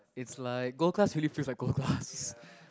it's like gold class really feels like gold class